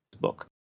book